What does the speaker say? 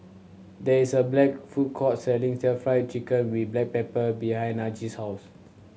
there is a black food court selling Stir Fried Chicken with black pepper behind Najee's house